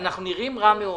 אנחנו נראים רע מאוד.